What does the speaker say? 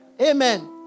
Amen